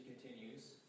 continues